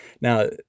Now